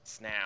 now